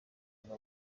ngo